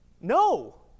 No